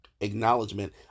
acknowledgement